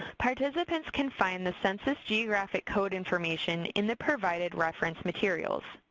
participants can find the census geographic code information in the provided reference materials.